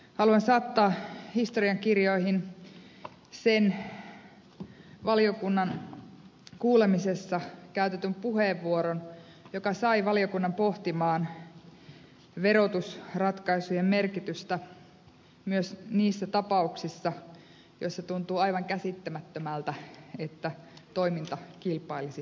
haluan saattaa historiankirjoihin sen valiokunnan kuulemisessa käytetyn puheenvuoron joka sai valiokunnan pohtimaan verotusratkaisujen merkitystä myös niissä tapauksissa joissa tuntuu aivan käsittämättömältä että toiminta kilpailisi kenenkään kanssa